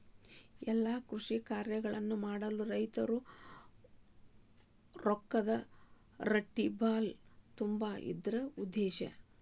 ಎಲ್ಲಾ ಕೃಷಿ ಕಾರ್ಯಕ್ರಮಗಳನ್ನು ಮಾಡಲು ರೈತರಿಗೆ ರೊಕ್ಕದ ರಟ್ಟಿಬಲಾ ತುಂಬುದು ಇದ್ರ ಉದ್ದೇಶ